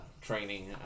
training